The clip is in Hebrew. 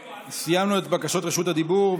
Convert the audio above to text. סיימנו את בקשות רשות הדיבור,